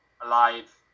alive